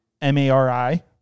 M-A-R-I